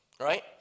right